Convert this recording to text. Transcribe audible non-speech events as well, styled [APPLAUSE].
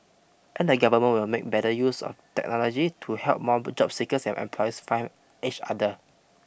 and the government will make better use of technology to help more [UNINTELLIGIBLE] job seekers and employers find each other